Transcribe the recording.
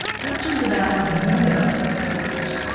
questions about his murder persist.